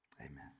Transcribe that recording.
Amen